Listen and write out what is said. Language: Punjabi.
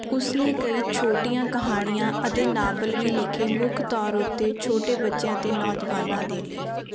ਉਸਨੇ ਕਈ ਛੋਟੀਆਂ ਕਹਾਣੀਆਂ ਅਤੇ ਨਾਵਲ ਵੀ ਲਿਖੇ ਮੁੱਖ ਤੌਰ ਉੱਤੇ ਛੋਟੇ ਬੱਚਿਆਂ ਅਤੇ ਨੌਜਵਾਨਾਂ ਦੇ ਲਈ